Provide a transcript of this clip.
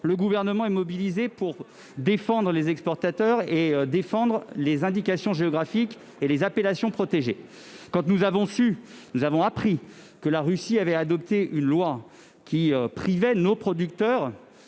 le Gouvernement est mobilisé pour défendre les exportateurs, tout comme les indications géographiques et les appellations protégées. Quand nous avons appris que la Russie avait adopté une loi qui privait nos producteurs